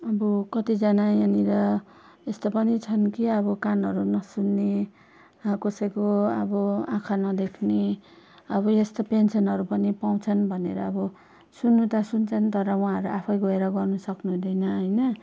अबो कतिजना यहाँनिर यस्तो पनि छन् कि अब कानहरू नसुन्ने कसैको अब आँखा नदेख्ने अब यस्तो पेन्सनहरू पनि पाउँछन् भनेर अब सुन्नु त सुन्छन् तर उहाँहरू आफै गएर गर्न सक्नुहुँदैन होइन